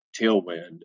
tailwind